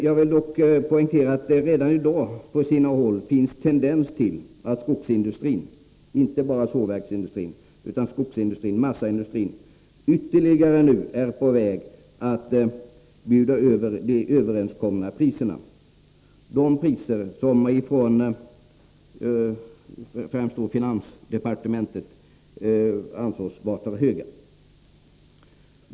Jag vill dock poängtera att det redan i dag på sina håll finns en tendens till att skogsindustrin — alltså inte bara sågverksindustrin utan även massaindustrin — nu är på väg att ytterligare bjuda över de överenskomna priserna, som främst finansdepartementet ansåg vara för höga.